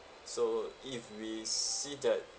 so if we see that